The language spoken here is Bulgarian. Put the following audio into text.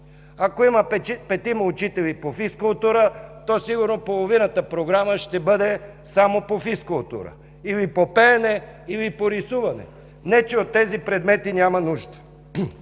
Ако има петима учители по физкултура, то сигурно половината програма ще бъде само по физкултура или по пеене, или по рисуване, не че от тези предмети няма нужда.